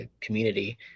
community